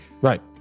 Right